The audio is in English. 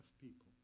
people